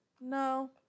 No